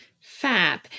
Fab